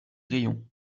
rayons